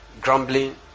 grumbling